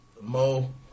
Mo